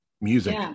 music